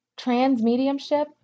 transmediumship